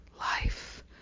life